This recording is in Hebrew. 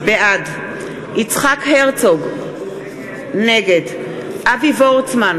בעד יצחק הרצוג, נגד אבי וורצמן,